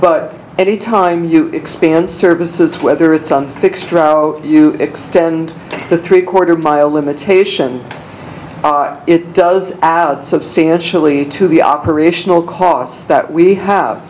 but any time you expand services whether it's on fixed or out you extend the three quarter mile limitation it does add substantially to the operational costs that we have